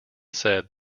said